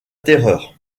terreur